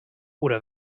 oder